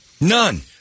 None